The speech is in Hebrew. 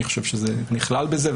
אני חושב שזה נכלל בזה,